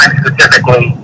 specifically